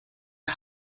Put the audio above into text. der